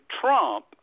Trump